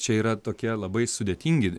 čia yra tokie labai sudėtingi